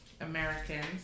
Americans